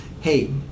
hey